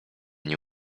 nie